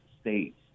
states